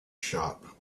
shop